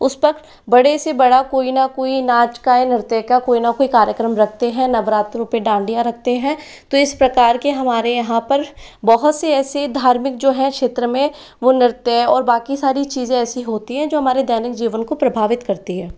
उस पर बड़े से बड़ा कोई ना कोई नाच का या नृत्य का कोई ना कोई कार्यक्रम रखते हैं नवरात्रों पे डांडिया रखते हैं तो इस प्रकार के हमारे यहाँ पर बहुत से ऐसे धार्मिक जो हैं क्षेत्र में वो नृत्य और बाँकि सारी चीज़ें ऐसी होती हैं जो हमारे दैनिक जीवन को प्रभावित करती है